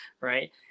right